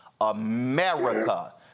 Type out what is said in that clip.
America